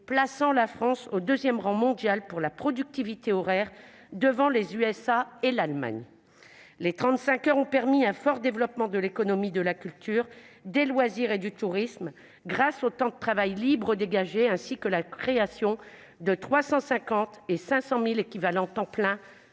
plaçant la France au deuxième rang mondial pour la productivité horaire, devant les États-Unis et l'Allemagne. Les 35 heures ont permis un fort développement de l'économie de la culture, des loisirs et du tourisme grâce au temps libre dégagé, ainsi que la création de 350 000 et 500 000 équivalents temps plein